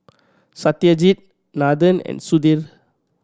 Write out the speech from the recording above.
Satyajit Nathan and Sudhir